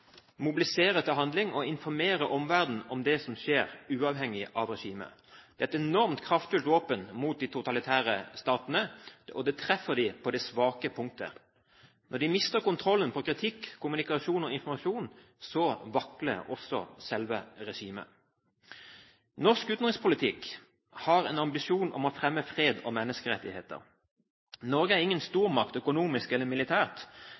mobilisere til handling og informere omverdenen om det som skjer, uavhengig av regimet. Det er et enormt kraftfullt våpen mot de totalitære statene, og det treffer dem på deres svake punkt. Når de mister kontrollen på kritikk, kommunikasjon og informasjon, vakler også selve regimet. Norsk utenrikspolitikk har en ambisjon om å fremme fred og menneskerettigheter. Norge er ingen stormakt økonomisk eller militært,